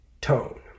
tone